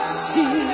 see